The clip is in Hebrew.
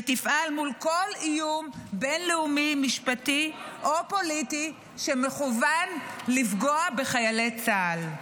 ותפעל מול כל איום בין-לאומי משפטי או פוליטי שמכוון לפגוע בחיילי צה"ל.